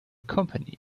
company